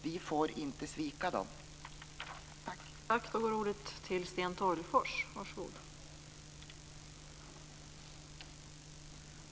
Vi får inte svika dessa människor. Tack!